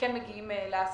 שכן מגיעים לעסקים.